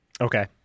Okay